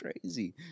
crazy